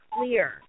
clear